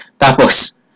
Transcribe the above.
Tapos